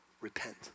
repent